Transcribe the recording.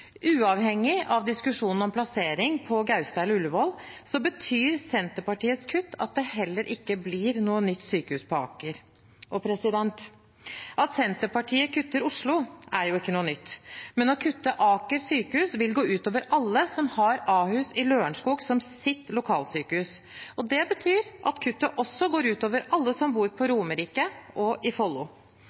Uavhengig av diskusjonen om plassering på Gaustad eller Ullevål betyr Senterpartiets kutt at det heller ikke blir noe nytt sykehus på Aker. At Senterpartiet kutter Oslo, er ikke noe nytt, men å kutte Aker sykehus vil gå ut over alle som har Ahus i Lørenskog som sitt lokalsykehus, og det betyr at kuttet også går ut over alle som bor på Romerike og i Follo.